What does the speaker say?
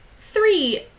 three